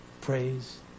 Praise